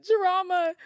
drama